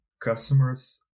customers